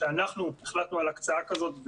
שאנחנו החלטנו על הקצאה כזאת,